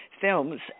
films